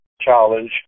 challenge